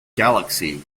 galaxy